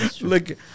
Look